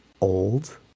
old